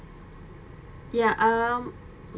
ya um